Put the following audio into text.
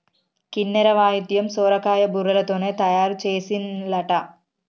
కిన్నెర వాయిద్యం సొరకాయ బుర్రలతోనే తయారు చేసిన్లట